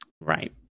Right